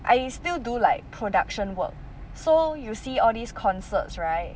I still do like production work so you see all these concerts right